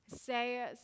say